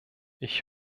ich